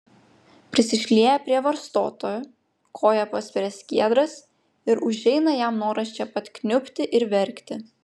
prisišlieja prie varstoto koja paspiria skiedras ir užeina jam noras čia pat kniubti ir verkti